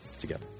together